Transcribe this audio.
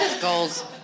goals